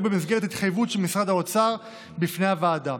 במסגרת התחייבות של משרד האוצר בפני הוועדה.